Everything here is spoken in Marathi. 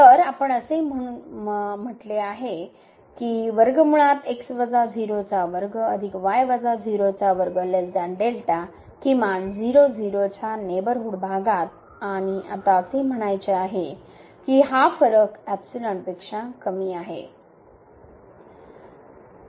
तर आपण असे म्हटले आहे की किमान 0 0 च्या नेबरहूड भागात आणि आता असे म्हणायचे आहे की हा फरक एपिसलनपेक्षाकमी आहे